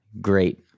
great